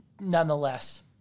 nonetheless